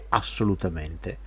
assolutamente